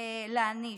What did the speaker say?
להעניש,